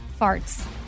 farts